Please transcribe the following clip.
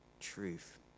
truth